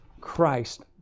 Christ